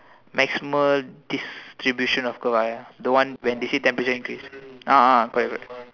maximal distribution of Chloride ah the one when they say temperature increase ah ah correct correct